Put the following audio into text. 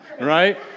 right